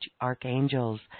archangels